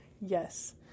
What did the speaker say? Yes